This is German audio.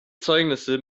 zeugnisse